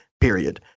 period